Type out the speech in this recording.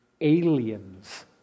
aliens